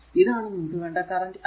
ഇതാണ് നമുക്ക് വേണ്ട കറന്റ് i